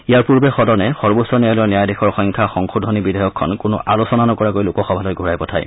ইয়াৰ পূৰ্বে সদনে সৰ্বোচ্চ ন্যায়ালয়ৰ ন্যায়াধীশৰ সংখ্যা সংশোধনী বিধেয়কখন কোনো আলোচনা নকৰাকৈ লোকসভালৈ ঘূৰাই পঠায়